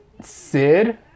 Sid